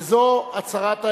וזו הצהרת האמונים: